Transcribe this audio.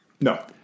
No